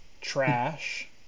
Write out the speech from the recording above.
Trash